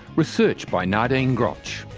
research by nardine groch,